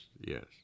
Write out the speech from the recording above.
yes